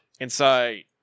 Inside